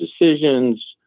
decisions